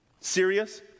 Serious